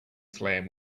slam